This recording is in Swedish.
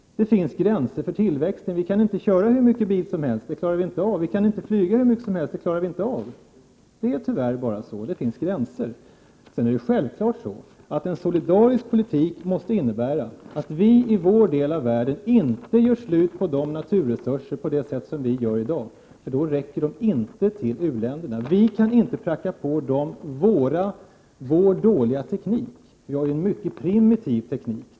Det finns gränser för tillväxten. Vi kan inte köra hur mycket bil som helst, det klarar vi inte av, och vi kan inte flyga hur mycket som helst. Det är tyvärr bara så. Sedan är det självklart att en solidarisk politik måste innebära att vi i vår del av världen inte gör slut på naturresurser på det sätt som vi gör i dag, för då räcker de inte till u-länderna. Vi kan inte pracka på dem vår dåliga teknik. Vi har en mycket primitiv teknik.